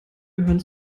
gehören